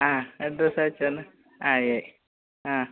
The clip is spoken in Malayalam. ആ അഡ്രസ്സ് അയച്ച് തന്ന് ആയി ആയി ആ